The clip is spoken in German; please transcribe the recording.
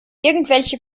irgendwelche